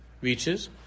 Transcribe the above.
reaches